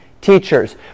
teachers